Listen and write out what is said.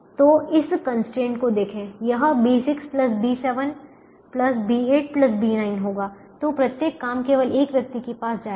तो इस कंस्ट्रेंट को देखें यह B6 B7 B8 B9 होगा तो प्रत्येक काम केवल एक व्यक्ति के पास जाएगा